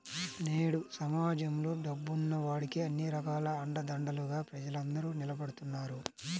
నేడు సమాజంలో డబ్బున్న వాడికే అన్ని రకాల అండదండలుగా ప్రజలందరూ నిలబడుతున్నారు